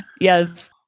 Yes